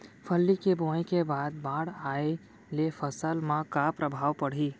फल्ली के बोआई के बाद बाढ़ आये ले फसल मा का प्रभाव पड़ही?